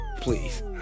Please